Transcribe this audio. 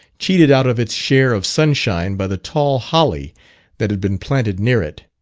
cheated out of its share of sunshine by the tall holly that had been planted near it.